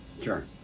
Sure